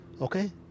okay